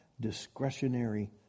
discretionary